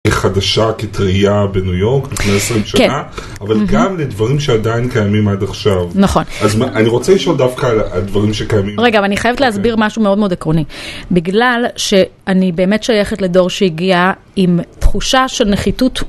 חדשה, כטרייה בניו יורק לפני 20 שנה, אבל גם לדברים שעדיין קיימים עד עכשיו. נכון. אז אני רוצה לשאול דווקא על הדברים שקיימים. רגע, אבל אני חייבת להסביר משהו מאוד מאוד עקרוני. בגלל שאני באמת שייכת לדור שהגיעה עם תחושה של נחיתות.